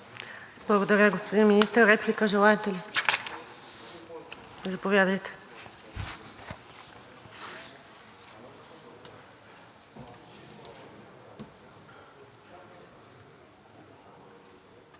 Благодаря, господин Министър. Реплика желаете ли? Заповядайте. ДИМИТЪР